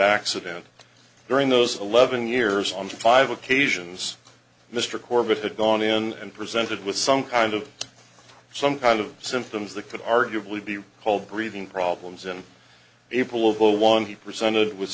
accident during those eleven years on five occasions mr corbett had gone in and presented with some kind of some kind of symptoms that could arguably be called breathing problems in april of zero one he presented with